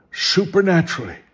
Supernaturally